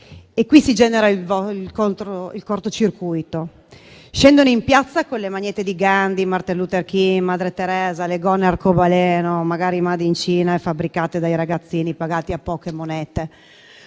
Qui si genera il cortocircuito: scendono in piazza con le magliette di Gandhi, Martin Luther King, Madre Teresa, le gonne arcobaleno, magari *made in China* e fabbricate dai ragazzini pagati a poche monete,